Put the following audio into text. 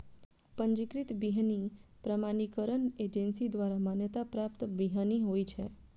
पंजीकृत बीहनि प्रमाणीकरण एजेंसी द्वारा मान्यता प्राप्त बीहनि होइ छै